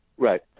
Right